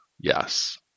yes